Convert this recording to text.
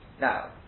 now